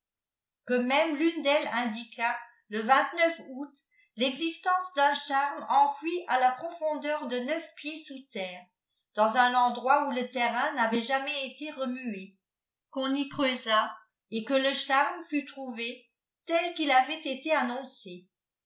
que mèfne tune d'elles indiqua le août l'exibtence d'nn charme enfoui à la profondeur de neuf pieds sous terrci dans un endroit où le terrain n'flvait jamais été remué qu'on y creusa et que le charme fut trouvé tel qu'il avait été annoncé